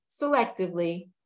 selectively